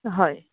হয়